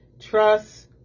Trust